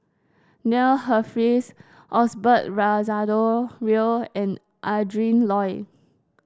Neil Humphreys Osbert Rozario Real and Adrin Loi